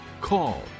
call